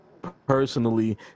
Personally